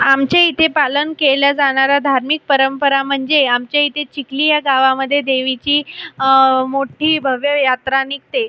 आमच्या इथे पालन केल्या जाणाऱ्या धार्मिक परंपरा म्हणजे आमच्या इथे चिकली या गावामध्ये देवीची मोठ्ठी भव्य यात्रा निघते